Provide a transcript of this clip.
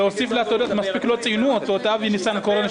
לא ציינו את אבי ניסנקורן,